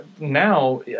now